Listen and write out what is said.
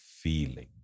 feeling